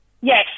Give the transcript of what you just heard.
Yes